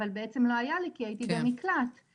אבל זה משהו שבעצם לא היה לי כי הייתי במקלט לנשים מוכות.